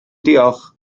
diolch